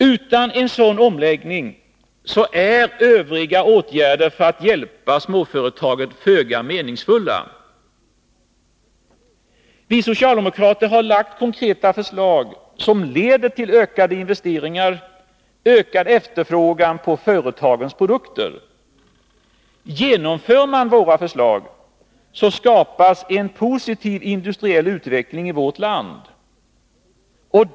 Utan en sådan omläggning är övriga åtgärder för att hjälpa småföretagen föga meningsfulla. Vi socialdemokrater har lagt konkreta förslag som leder till ökade investeringar, ökad efterfrågan på företagens produkter. Genomförs våra förslag skapas en grund för en positiv industriell utveckling i vårt land.